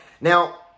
now